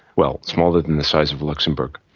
well, smaller than the size of luxembourg.